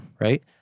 right